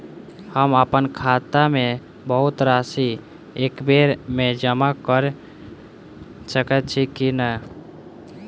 हम अप्पन खाता मे बहुत राशि एकबेर मे जमा कऽ सकैत छी की नै?